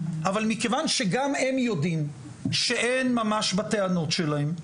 אבל מכיוון שגם הם יודעים שאין ממש בטענות שלהם,